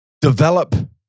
develop